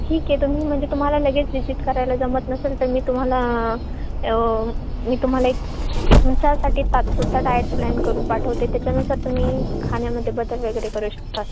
ठीक आहे तुम्ही म्हणजे तुम्हाला लगेच विजिट करायला जमत नसेल तर मी तुम्हाला मी तुम्हाला एक तुमच्यासाठी तात्पुरता डायट प्लॅन करून पाठवते त्याच्यानुसार तुम्ही खाण्यामध्ये बदल वगैरे करू शकता